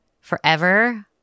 forever